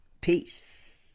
Peace